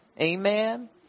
Amen